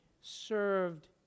served